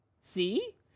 see